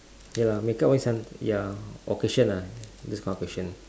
ya makeup always some ya occasion lah this kind of occasion